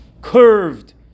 curved